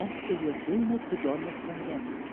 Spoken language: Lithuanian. ten stovėjo pilnas bidonas vandens